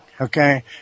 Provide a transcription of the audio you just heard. Okay